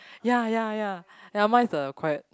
ya ya ya ya mine is the quiet